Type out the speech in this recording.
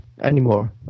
anymore